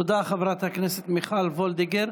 תודה, חברת הכנסת מיכל וולדיגר.